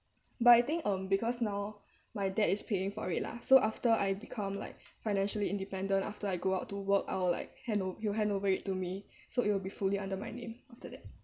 ya but I think um because now my dad is paying for it lah so after I become like financially independent after I go out to work I'll like hand o~ he'll hand over it to me so it will be fully under my name after that